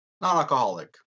non-alcoholic